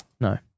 No